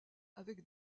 avec